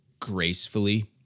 gracefully